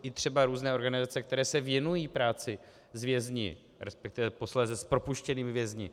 I třeba různé organizace, které se věnují práci s vězni resp. posléze s propuštěnými vězni.